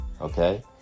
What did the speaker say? okay